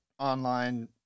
online